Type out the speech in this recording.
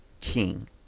king